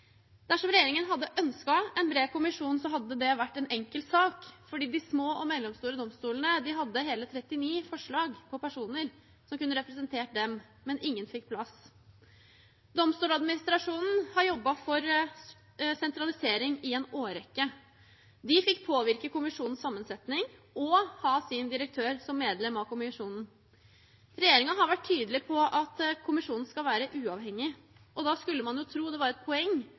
Dersom regjeringen hadde ønsket en bred kommisjon, hadde det vært en enkel sak, fordi de små og mellomstore domstolene hadde hele 39 forslag på personer som kunne representert dem, men ingen fikk plass. Domstoladministrasjonen, DA, har jobbet for sentralisering i en årrekke. De fikk påvirke kommisjonens sammensetning og ha sin direktør som medlem av kommisjonen. Regjeringen har vært tydelig på at kommisjonen skal være uavhengig. Da skulle man jo tro det var et poeng